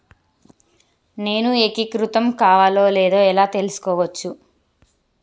నేను ఏకీకృతం కావాలో లేదో ఎలా తెలుసుకోవచ్చు?